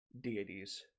deities